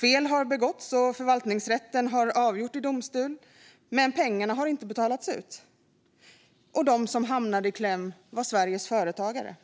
Fel har begåtts, och förvaltningsrätten har avgjort det hela, men pengarna har inte betalats ut. De som hamnade i kläm var Sveriges företagare.